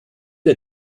der